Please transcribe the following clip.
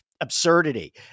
Absurdity